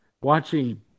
watching